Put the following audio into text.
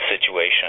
situation